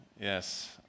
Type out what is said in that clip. Yes